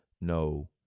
no